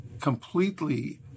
completely